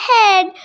head